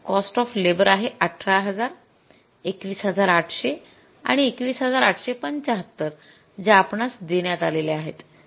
तर cost of labour आहे १८००० २१८०० आणि २१८७५ ज्या आपणास देण्यात आलेल्या आहेत